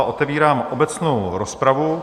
Otevírám obecnou rozpravu.